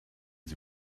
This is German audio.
sie